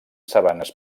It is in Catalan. sabanes